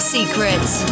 Secrets